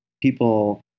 people